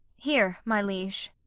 here, my liege.